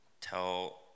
tell